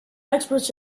experts